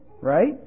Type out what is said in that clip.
right